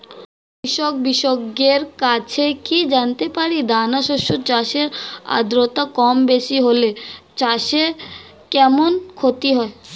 কৃষক বিশেষজ্ঞের কাছে কি জানতে পারি দানা শস্য চাষে আদ্রতা কমবেশি হলে চাষে কেমন ক্ষতি হয়?